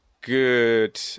good